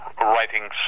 writing